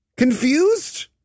Confused